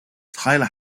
tyler